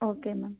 okay ma'am